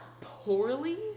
poorly